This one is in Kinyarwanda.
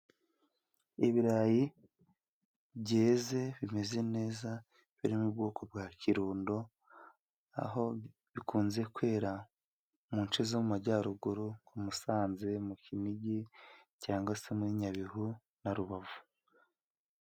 Ibirayi byeze bimeze neza biri mu bwoko bwa kirundo, aho bikunze kwera mu nce zo mu Majyaruguru, Musanze mu Kinigi, cyangwa se muri Nyabihu na Rubavu.